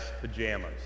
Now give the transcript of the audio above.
pajamas